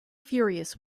furious